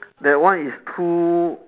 that one is too